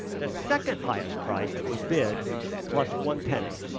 the second highest price that was bid plus one penny.